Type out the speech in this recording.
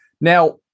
Now